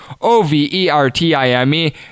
O-V-E-R-T-I-M-E